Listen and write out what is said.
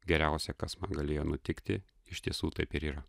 geriausia kas galėjo nutikti iš tiesų taip ir yra